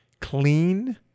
clean